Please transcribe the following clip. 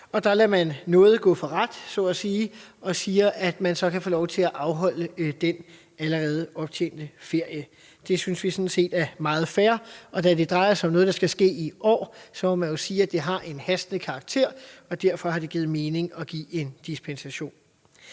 Man lader nåde gå for ret så at sige og siger, at de så kan få lov til at afholde den allerede optjente ferie. Det synes vi sådan set er meget fair. Da det drejer sig om noget, der skal ske i år, må man jo sige, at det har en hastende karakter, og derfor har det givet mening at give dispensation.